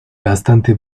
bastante